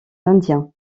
indiens